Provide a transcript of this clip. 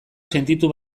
sentitu